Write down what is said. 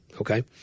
okay